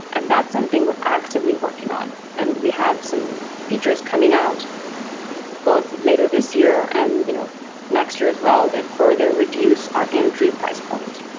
and that something we're actively working on, and we have some features coming out both later this year and you know next year as well that further reduce our entry price points,